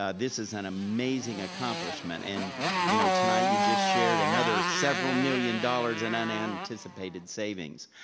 ah this is an amazing accomplishment. and you know tonight you just shared another several million dollars in unanticipated savings.